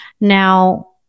Now